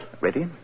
Ready